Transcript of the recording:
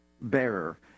bearer